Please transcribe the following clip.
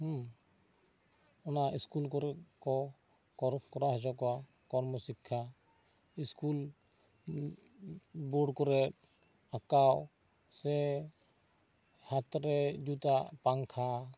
ᱚᱱᱟ ᱤᱥᱠᱩᱞ ᱠᱚᱨᱮ ᱠᱚ ᱠᱚᱨ ᱠᱚᱨᱟᱣ ᱦᱚᱪᱚ ᱠᱚᱣᱟ ᱠᱚᱨᱢᱚ ᱥᱤᱠᱠᱷᱟ ᱤᱥᱠᱩᱞ ᱵᱚᱨᱰ ᱠᱚᱨᱮ ᱟᱸᱠᱟᱣ ᱥᱮ ᱦᱟᱛ ᱨᱮ ᱡᱩᱛᱟᱹ ᱯᱟᱝᱠᱷᱟ